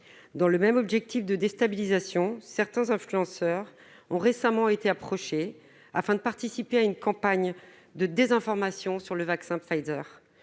Dans le même objectif de déstabilisation, certains influenceurs ont récemment été approchés, afin de participer à une campagne de désinformation sur le vaccin Pfizer.